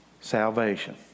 Salvation